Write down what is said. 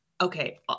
okay